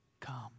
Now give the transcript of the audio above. come